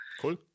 Cool